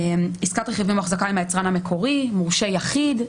עסקת רכיבים אחזקה עם היצרן המקורי, מורשה יחיד.